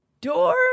Door